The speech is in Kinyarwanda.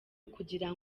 ukugira